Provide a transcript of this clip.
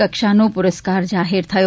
કક્ષાનો પુરસ્કાર જાહેર થયો